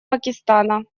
пакистана